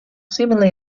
seemingly